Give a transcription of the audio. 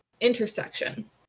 intersection